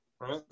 Right